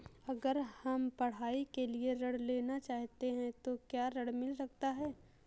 अगर हम पढ़ाई के लिए ऋण लेना चाहते हैं तो क्या ऋण मिल सकता है?